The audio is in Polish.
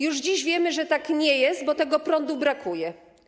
Już dziś wiemy, że tak nie jest, bo tego prądu brakuje.